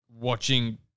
watching